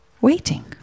waiting